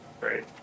Great